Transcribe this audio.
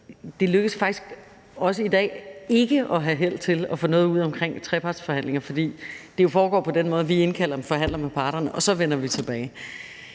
Det lykkedes faktisk også i dag at have held til ikke at få noget ud omkring trepartsforhandlinger, fordi det jo foregår på den måde, at vi indkalder og forhandler med parterne, og så vender vi tilbage.